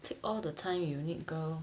take all the time you need girl